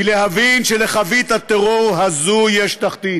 היא להבין שלחבית הטרור הזו יש תחתית.